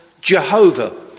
Jehovah